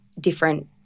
different